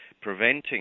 preventing